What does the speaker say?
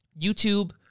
YouTube